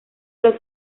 los